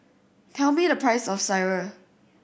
tell me the price of Sireh